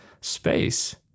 space